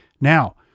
Now